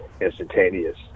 instantaneous